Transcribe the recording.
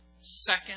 Second